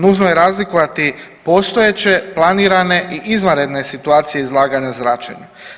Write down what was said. Nužno je razlikovati postojeće, planirane i izvanredne situacije izlaganja zračenju.